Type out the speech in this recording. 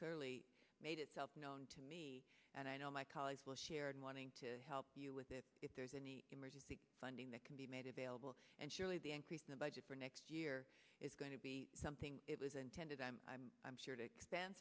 clearly made itself known to me and i know my colleagues will share in wanting to help you with it if there's any emergency funding that can be made available and surely the increase in the budget for next year is going to be something it was intended i'm i'm i'm sure to ex